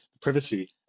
privacy